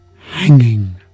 hanging